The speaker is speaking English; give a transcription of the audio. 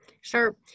Sure